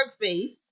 face